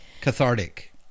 cathartic